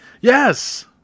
Yes